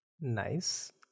Nice